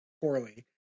poorly